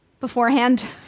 beforehand